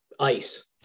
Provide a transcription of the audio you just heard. ice